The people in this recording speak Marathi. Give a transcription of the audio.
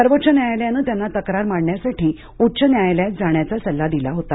सर्वोच्च न्यायालयाने त्यांना तक्रार मांडण्यासाठी उच्च न्यायालयात जाण्याचा सल्ला दिला होता